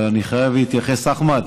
אבל אני חייב להתייחס, אחמד,